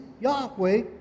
Yahweh